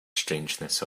strangeness